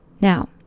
now